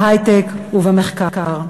בהיי-טק ובמחקר.